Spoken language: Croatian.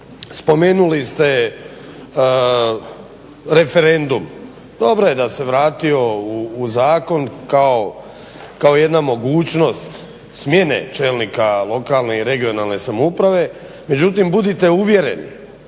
spomenuli ste referendum, dobro da se je vratio u zakon kao jedna mogućnost smjene čelnika lokalne i regionalne samouprave. Međutim budite uvjereni